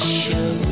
show